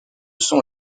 sont